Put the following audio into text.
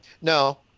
No